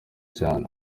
cyane